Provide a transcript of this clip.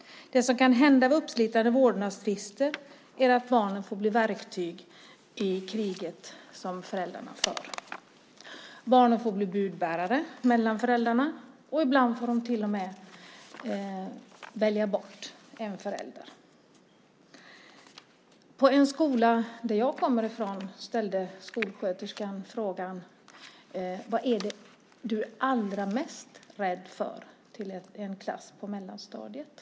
Det som kan hända vid uppslitande vårdnadstvister är att barnen får bli verktyg i det krig som föräldrarna för. Barnen får bli budbärare mellan föräldrarna. Ibland får de till och med välja bort den ena föräldern. På en skola på den plats som jag kommer från ställde skolsköterskan frågan: Vad är det som ni är allra mest rädda för? Frågan ställdes till en klass på mellanstadiet.